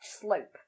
slope